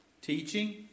teaching